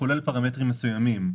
הוא כולל פרמטרים מסוימים.